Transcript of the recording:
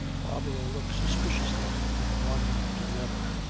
barbara looks suspiciously from one to the other.